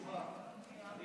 שורה אחת.